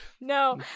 No